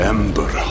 Ember